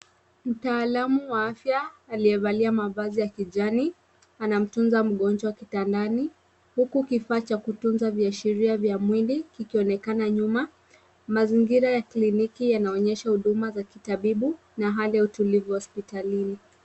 Mtaalamu wa afya aliyevalia mavazi ya kijani anamtunza mgonjwa kitandani, huku kifaa cha kutunza viashiria vya mwili kikionekana nyuma. Mazingira ya kliniki yanaonyesha huduma za kitabibu na hali ya utulivu hospitalini.